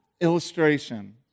illustration